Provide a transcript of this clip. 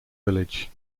village